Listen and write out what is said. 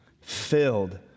filled